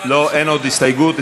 לא, אין עוד הסתייגות.